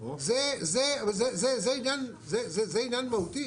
זה היגיון מהותי